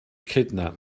kidnap